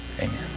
amen